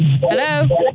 Hello